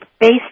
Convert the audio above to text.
based